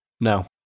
No